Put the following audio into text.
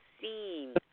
seen